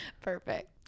Perfect